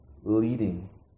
leading